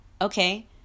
okay